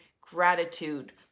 gratitude